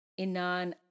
Inan